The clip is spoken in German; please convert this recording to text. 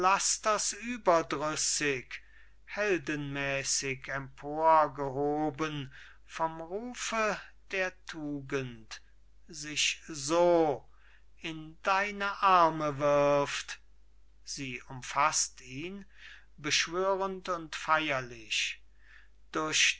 lasters überdrüssig heldenmäßig emporgehoben vom rufe der tugend sich so in deine arme wirft sie umfaßt ihn beschwörend und feierlich